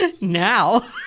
Now